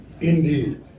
Indeed